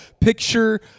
Picture